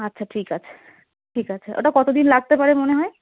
আচ্ছা ঠিক আছে ঠিক আছে ওটা কতদিন লাগতে পারে মনে হয়